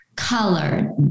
color